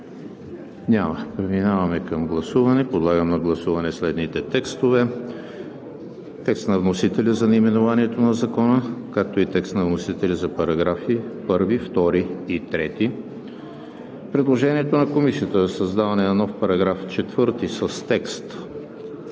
Няма. Преминаваме към гласуване. Подлагам на гласуване следните текстове: текста на вносителя за наименованието на Закона, както и текста на вносителя за параграфи 1, 2 и 3; предложението на Комисията за създаване на нов § 4 с текст